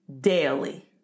daily